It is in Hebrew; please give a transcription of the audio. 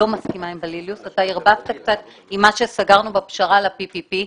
אתה עירבת קצת עם מה שסגרנו בפשרה ל-PPP.